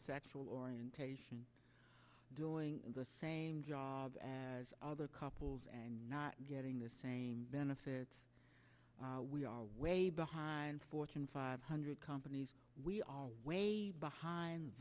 sexual orientation doing the same jobs as other couples and not getting the same benefits we are way behind fortune five hundred companies we are way behind